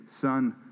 son